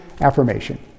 affirmation